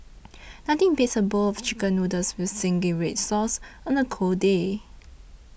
nothing beats a bowl of Chicken Noodles with Zingy Red Sauce on a cold day